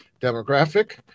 demographic